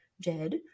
dead